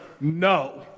no